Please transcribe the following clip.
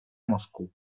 moscou